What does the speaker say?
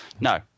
No